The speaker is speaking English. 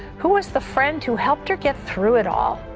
who is the friend who helped her get through it all?